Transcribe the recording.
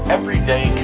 Everyday